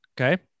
Okay